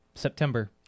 September